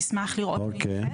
נשמח לראות ולהתייחס.